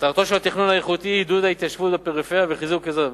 מטרתו של התכנון האיכותי היא עידוד ההתיישבות בפריפריה וחיזוק אזור זה.